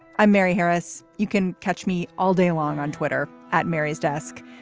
i'm mary harris. you can catch me all day long on twitter at mary's desk.